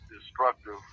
destructive